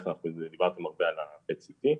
דיברתם הרבה על PET CT,